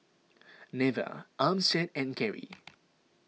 Neva Armstead and Keri